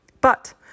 But